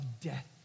death